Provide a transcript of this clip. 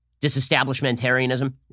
disestablishmentarianism